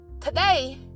today